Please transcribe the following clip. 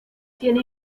tiene